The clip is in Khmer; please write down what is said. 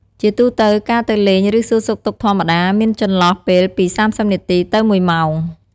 ជាទូទៅ ការទៅលេង ឬ សួរសុខទុក្ខធម្មតា មានចន្លោះពេលពី ៣០នាទី ទៅ ១ម៉ោង។